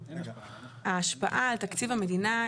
ההשפעה על תקציב המדינה,